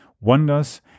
wonders